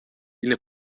ina